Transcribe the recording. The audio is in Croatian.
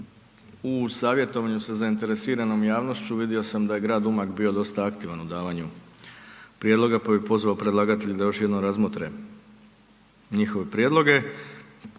u savjetovanju sa zainteresiranom javnošću vidio sam da je grad Umag bio dosta aktivan u davanju prijedloga, pa bi pozvao predlagatelje da još jednom razmotre njihove prijedloge,